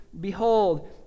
Behold